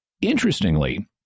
Interestingly